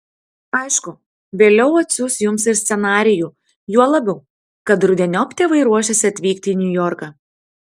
aišku vėliau atsiųs jums ir scenarijų juo labiau kad rudeniop tėvai ruošiasi atvykti į niujorką